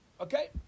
Okay